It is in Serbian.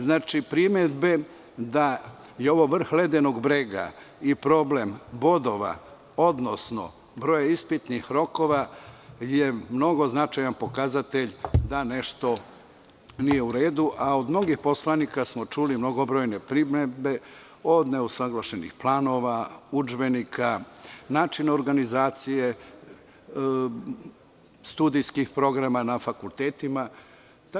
Znači, primedbe da je ovo vrh ledenog brega i problem bodova, odnosno broj ispitnih rokova je mnogo značajan pokazatelj da nešto nije u redu, a od mnogih poslanika smo čuli mnogobrojne primedbe, od neusaglašenih planova, udžbenika, načina organizacije, studijskih programa na fakultetima itd.